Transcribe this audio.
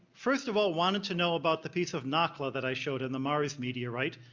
first of all wanted to know about the piece of nakhla that i showed in the mars media, right?